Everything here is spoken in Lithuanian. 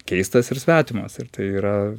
keistas ir svetimas ir tai yra